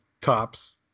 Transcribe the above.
Tops